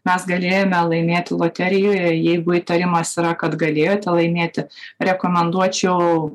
mes galėjome laimėti loterijoje jeigu įtarimas yra kad galėjote laimėti rekomenduočiau